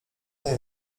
nie